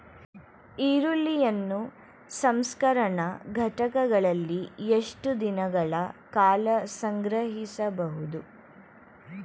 ಈರುಳ್ಳಿಯನ್ನು ಸಂಸ್ಕರಣಾ ಘಟಕಗಳಲ್ಲಿ ಎಷ್ಟು ದಿನಗಳ ಕಾಲ ಸಂಗ್ರಹಿಸಬಹುದು?